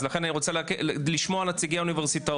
ולכן אני רוצה לשמוע נציגי אוניברסיטאות.